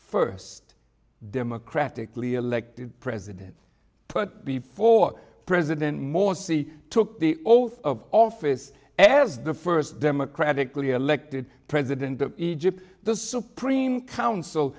first democratically elected president but before president morsi took the oath of office as the first democratically elected president of egypt the supreme council